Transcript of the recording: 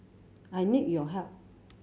I need your help